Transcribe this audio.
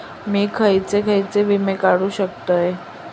मी खयचे खयचे विमे काढू शकतय?